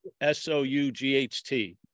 S-O-U-G-H-T